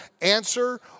answer